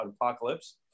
apocalypse